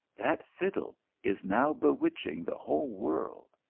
that fiddle is now bewitching the whole world,